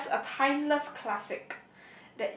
it is just a timeless classic